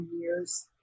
years